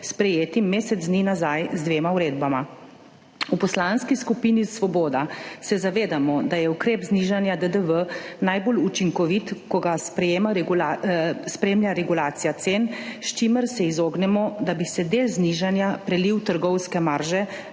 sprejetim mesec dni nazaj z dvema uredbama. V Poslanski skupini Svoboda se zavedamo, da je ukrep znižanja DDV najbolj učinkovit, ko ga spremlja regulacija cen, s čimer se izognemo, da bi se del znižanja prelil v trgovske marže,